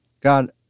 God